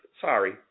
Sorry